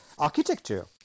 Architecture